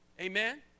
Amen